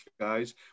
guys